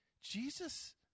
Jesus